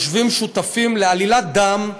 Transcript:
יושבים שותפים לעלילת דם,